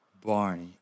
Barney